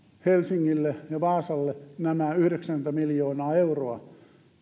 helsingille ja vaasalle nämä yhdeksänkymmentä miljoonaa euroa